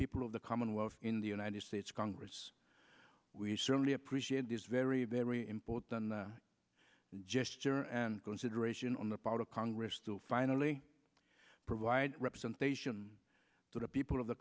people of the commonwealth in the united states congress we certainly appreciate this very very important gesture and consideration on the part of congress to finally provide representation to the people